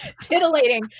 titillating